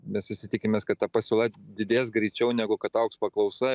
mes visi tikimės kad ta pasiūla didės greičiau negu kad augs paklausa